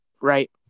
Right